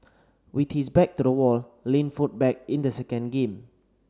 with his back to the wall Lin fought back in the second game